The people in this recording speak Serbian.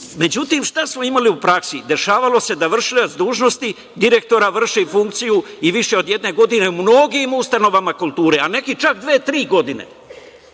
Međutim, šta smo imali u praksi? Dešavalo se da vršilac dužnosti direktora vrši funkciju i više od jedne godine u mnogim ustanovama kulture, a neki čak dve, tri godine. Dakle,